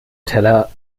teller